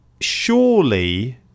Surely